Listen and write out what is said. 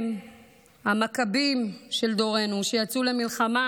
הם המכבים של דורנו, שיצאו למלחמה